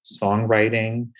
songwriting